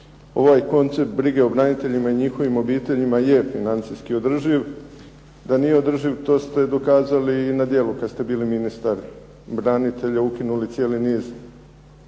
Ovaj koncept brige o braniteljima i njihovim obiteljima je financijski održiv. Da nije održiv to ste dokazali i na djelu kad ste bili ministar branitelja, ukinuli cijeli niz